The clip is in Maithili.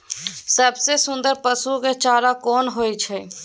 सबसे सुन्दर पसु के चारा कोन होय छै?